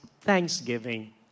thanksgiving